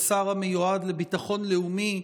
השר המיועד לביטחון לאומי,